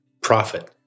Profit